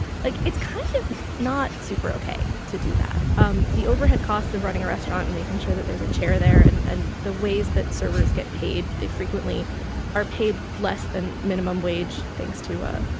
like it's kind of not super ok to do that. um the overhead costs of running a restaurant and making sure that there's a chair there and and the ways that servers get paid. they frequently are paid less than minimum wage. thanks to ah